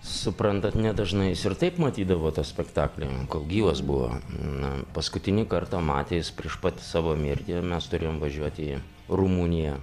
suprantat nedažnai jis ir taip matydavo tą spektaklį kol gyvas buvo na paskutinį kartą matės prieš pat savo mirtį mes turėjom važiuoti į rumuniją